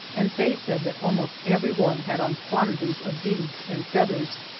and faye said that almost everyone had on quantities of beads and feathers.